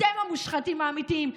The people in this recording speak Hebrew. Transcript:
אתם המושחתים האמיתיים,